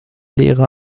lehrer